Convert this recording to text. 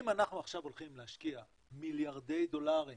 אם אנחנו עכשיו הולכים להשקיע מיליארדי דולרים